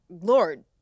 Lord